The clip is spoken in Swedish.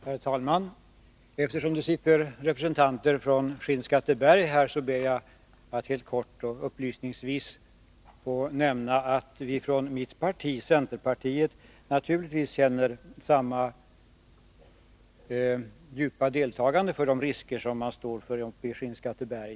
Herr talman! Eftersom det sitter representanter för Skinnskatteberg här, ber jag att helt kort och upplysningsvis få nämna att vi inom mitt parti, centerpartiet, naturligtvis känner samma djupa deltagande med tanke på 175 problemen uppe i Skinnskatteberg.